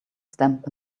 stamp